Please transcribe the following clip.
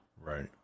Right